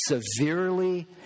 severely